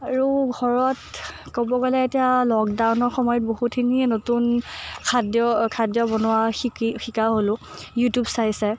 আৰু ঘৰত ক'ব গ'লে এতিয়া লকডাউনৰ সময়ত বহুতখিনিয়ে নতুন খাদ্য খাদ্য বনোৱা শিকি শিকা হ'লোঁ ইউটিউব চাই চাই